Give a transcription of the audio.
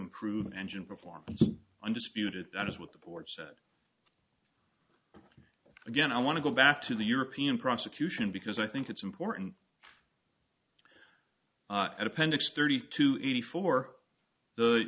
improve engine performance undisputed that is what the board said again i want to go back to the european prosecution because i think it's important at appendix thirty two